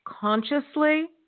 consciously